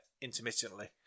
intermittently